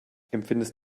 empfindest